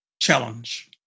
challenge